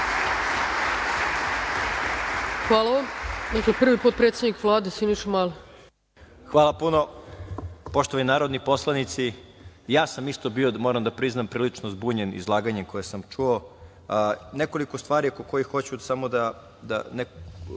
Mali** Hvala puno. Poštovani narodni poslanici, ja sam isto bio, moram da priznam prilično zbunjen izlaganjem koje sam čuo. Nekoliko stvari oko kojih hoću da